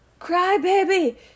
Crybaby